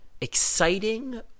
exciting